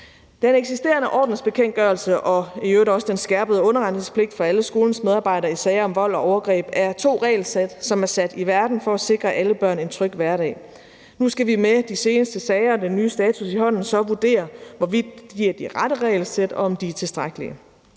Den eksisterende ordensbekendtgørelse og i øvrigt også den skærpede underretningspligt for alle skolens medarbejdere i sager om vold og overgreb er to regelsæt, som er sat i verden for at sikre alle børn en tryg hverdag. Nu skal vi med de seneste sager og den nye status i hånden så vurdere, hvorvidt de er de rette regelsæt, og om de er tilstrækkelige.